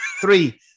three